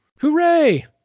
hooray